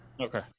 Okay